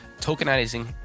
tokenizing